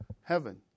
heaven